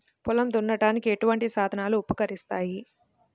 పొలం దున్నడానికి ఎటువంటి సాధనలు ఉపకరిస్తాయి?